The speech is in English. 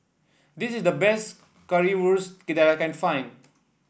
this is the best Currywurst that I can find